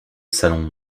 salon